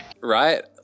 right